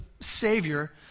Savior